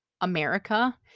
America